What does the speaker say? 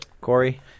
Corey